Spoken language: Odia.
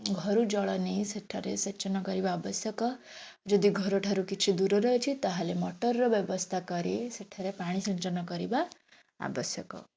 ଘରୁ ଜଳ ନେଇ ସେଠାରେ ସେଚନ କରିବା ଆବଶ୍ୟକ ଯଦି ଘରଠାରୁ କିଛି ଦୂରରେ ଅଛି ତାହେଲେ ମଟରର ବ୍ୟବସ୍ଥା କରି ସେଠାରେ ପାଣି ସିଞ୍ଚନ କରିବା ଆବଶ୍ୟକ